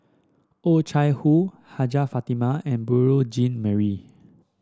Oh Chai Hoo Hajjah Fatimah and Beurel Jean Marie